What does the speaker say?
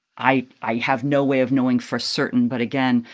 i i have no way of knowing for certain, but, again,